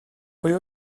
pwy